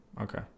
okay